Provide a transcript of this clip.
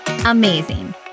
amazing